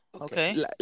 Okay